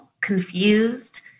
confused